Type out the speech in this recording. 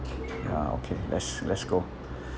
ya okay let's let's go